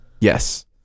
Yes